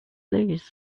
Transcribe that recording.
lose